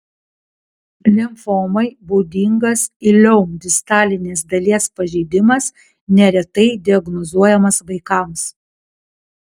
limfomai būdingas ileum distalinės dalies pažeidimas neretai diagnozuojamas vaikams